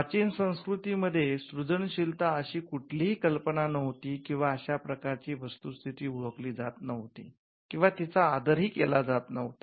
प्राचीन संस्कृती मध्ये सृजनशीलता अशी कुठलीही कल्पना नव्हती किंवा अशा प्रकारची वस्तुस्थिती ओळखली जात नव्हती किंवा तिचा आदर ही केला जात नव्हता